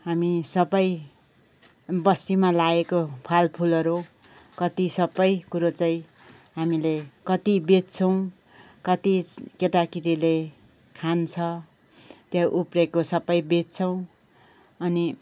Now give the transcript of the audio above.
हामी सबै बस्तीमा लाएको फलफुलहरू कति सबै कुरो चाहिँ हामीले कति बेच्छौँ कति केटाकेटीले खान्छ त्यो उब्रेको सबै बेच्छौँ अनि